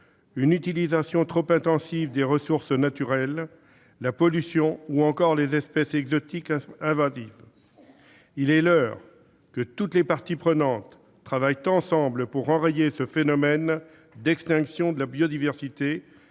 une utilisation trop intensive des ressources naturelles, la pollution ou encore les espèces exotiques invasives. Il est temps que toutes les parties prenantes travaillent ensemble pour enrayer ce phénomène d'extinction de la biodiversité,